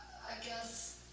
i guess